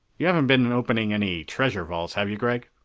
you haven't been opening any treasure vaults, have you, gregg?